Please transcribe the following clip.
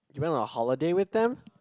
you went on a holiday with them